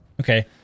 Okay